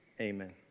Amen